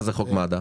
מה זה חוק מד"א?